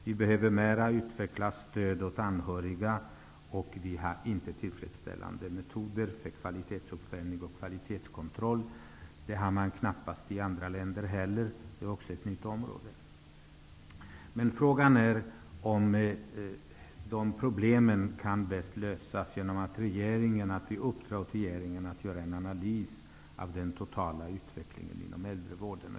Vi behöver utveckla stödet åt anhöriga. Vi har inte tillfredsställande metoder för kvalitetsuppföljning och kvalitetskontroll. Det har man knappast i andra länder heller. Det är också ett nytt område. Frågan är om de problemen bäst kan lösas genom att vi uppdrar åt regeringen att göra en analys av den totala utvecklingen inom äldrevården.